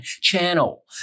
channel